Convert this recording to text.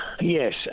Yes